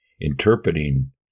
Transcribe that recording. interpreting